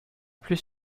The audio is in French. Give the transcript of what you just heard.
plus